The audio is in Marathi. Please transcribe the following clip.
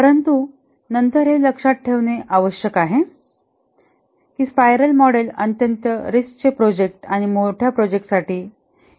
परंतु नंतर हे लक्षात ठेवणे आवश्यक आहे की स्पाइरलं मॉडेल अत्यंत रिस्कचे प्रोजेक्ट आणि मोठ्या प्रोजेक्ट साठी योग्य आहे